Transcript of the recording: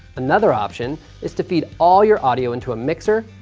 another option is to feed all your audio into a mixer,